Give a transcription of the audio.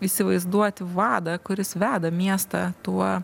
įsivaizduoti vadą kuris veda miestą tuo